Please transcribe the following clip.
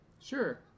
Sure